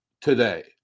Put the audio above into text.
today